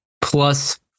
plus